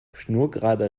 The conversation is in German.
schnurgerade